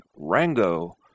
Rango